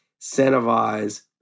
incentivize